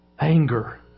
Anger